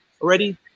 already